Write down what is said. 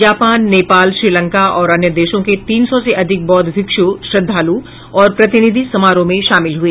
Japan Nepal Sri Lanka और अन्य देशों के तीन सौ से अधिक बौद्ध मिक्षु श्रद्वालु और प्रतिनिधि समारोह में शामिल हुए